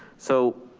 so,